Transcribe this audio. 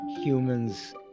humans